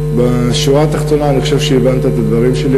בשורה התחתונה, אני חושב שהבנת את הדברים שלי.